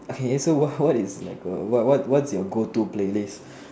okay so what what is like a what what is your go to playlist